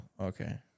Okay